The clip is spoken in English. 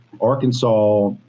Arkansas –